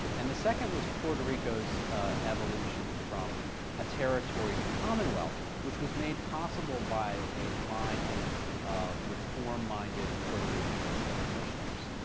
and the second was puerto rico's evolution from a territory to commonwealth, which was made possible by a line of reform-minded puerto rican resident commissioners.